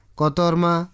kotorma